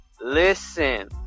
Listen